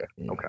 okay